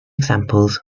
examples